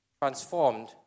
transformed